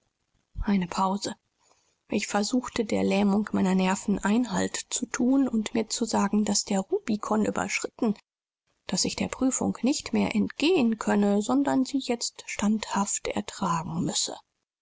eine pause ich versuchte der lähmung meiner nerven einhalt zu thun und mir zu sagen daß der rubikon überschritten daß ich der prüfung nicht mehr entgehen könne sondern sie jetzt standhaft ertragen müsse